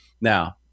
Now